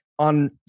on